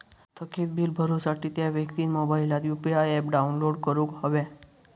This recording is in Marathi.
थकीत बील भरुसाठी त्या व्यक्तिन मोबाईलात यु.पी.आय ऍप डाउनलोड करूक हव्या